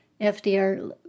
FDR